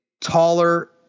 taller –